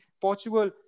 Portugal